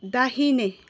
दाहिने